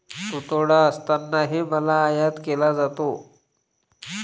तुटवडा असतानाही माल आयात केला जातो